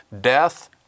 death